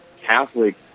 Catholic